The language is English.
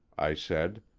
i said,